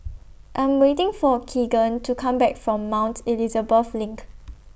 I Am waiting For Kegan to Come Back from Mount Elizabeth LINK